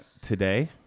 today